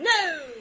No